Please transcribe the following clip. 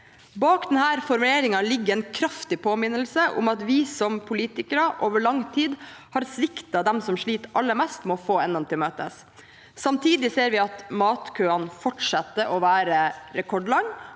Bak denne formuleringen ligger en kraftig påminnelse om at vi som politikere over lang tid har sviktet dem som sliter aller mest med å få endene til møtes. Samtidig ser vi at matkøene fortsetter å være rekordlange,